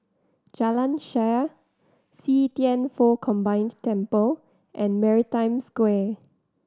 Jalan Shaer See Thian Foh Combined Temple and Maritime Square